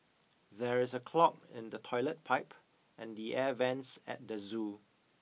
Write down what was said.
there is a clog in the toilet pipe and the air vents at the zoo